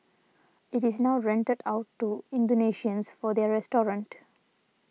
it is now rented out to Indonesians for their restaurant